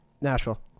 Nashville